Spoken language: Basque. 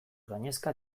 gainezka